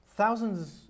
Thousands